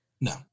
No